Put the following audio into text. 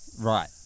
Right